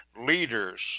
leaders